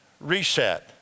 reset